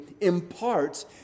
imparts